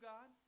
God